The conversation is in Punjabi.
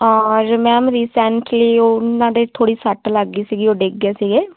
ਔਰ ਮੈਮ ਰੀਸੈਂਟਲੀ ਉਹਨਾਂ ਦੇ ਥੋੜ੍ਹੀ ਸੱਟ ਲੱਗ ਗਈ ਸੀਗੀ ਉਹ ਡਿੱਗ ਗਏ ਸੀਗੇ